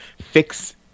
fix